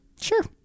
Sure